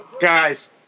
guys